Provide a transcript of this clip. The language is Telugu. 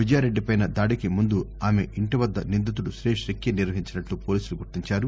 విజయారెడ్డిపై దాడికి ముందు ఆమె ఇంటివద్ద నిందితుడు సురేష్ రెక్కీ నిర్వహించినట్లు పోలీసులు గుర్తించారు